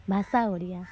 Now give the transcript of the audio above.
ଭାଷା ଓଡ଼ିଆ